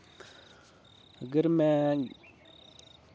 अगर में